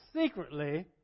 secretly